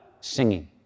singing